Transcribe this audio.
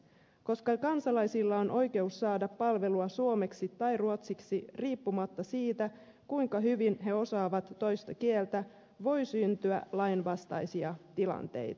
koska kansalaisilla on oikeus saada palvelua suomeksi tai ruotsiksi riippumatta siitä kuinka hyvin he osaavat toista kieltä voi syntyä lainvastaisia tilanteita